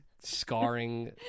scarring